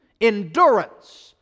endurance